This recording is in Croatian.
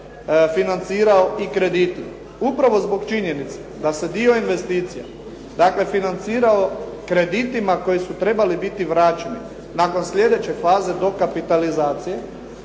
financirao i kreditima. Upravo zbog činjenice da se dio investicija dakle financirao kreditima koji su trebali biti vraćeni nakon slijedeće faze dokapitalizacije